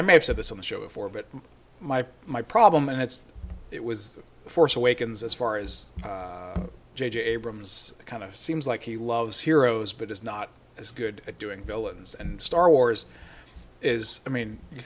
i may have said this on the show before but my my problem and it's it was force awakens as far as j j abrams kind of seems like he loves heroes but is not as good at doing villains and star wars is i mean you